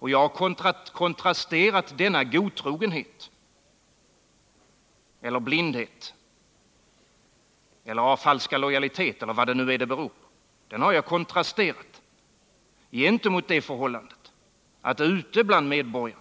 Jag har kontrasterat denna godtrogenhet-— eller blindhet eller falska lojalitet eller vad det nu är — gentemot det förhållandet att ute bland medborgarna